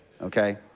Okay